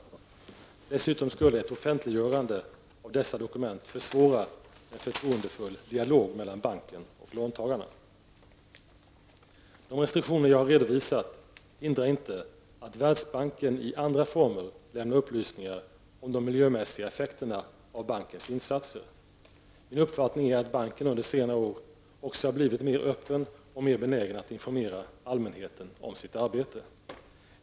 Dessutom skulle ett offentliggörande av dessa dokument försvåra en förtroendefull dialog mellan banken och låntagarna. De restriktioner jag har redovisat hindrar inte att Världsbanken i andra former lämnar upplysningar om de miljömässiga effekterna av bankens insatser. Min uppfattning är att banken under senare år också har blivit mer öppen och mer benägen att informera allmänheten om sitt arbete.